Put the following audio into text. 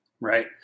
Right